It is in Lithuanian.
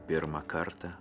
pirmą kartą